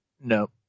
No